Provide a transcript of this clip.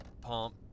pump